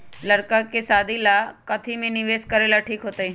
लड़की के शादी ला काथी में निवेस करेला ठीक होतई?